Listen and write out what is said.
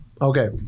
Okay